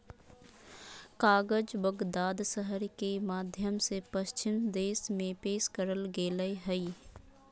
कागज बगदाद शहर के माध्यम से पश्चिम देश में पेश करल गेलय हइ